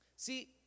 See